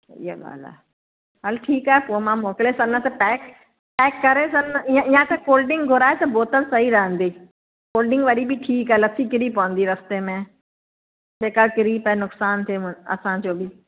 इहा ॻाल्हि आहे हल ठीकु आहे पोइ मां मोकिले छॾा न त पैक पैक करे छॾा या त कोल्ड डिंक घुराए त बोतल सही हंदी कोल्ड डिंक वरी बि ठीकु आहे लस्सी किरी पवंदी रस्ते में बेकार किरी पइ नुक़सान थिए मूं असांजो बि